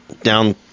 down